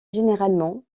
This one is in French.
généralement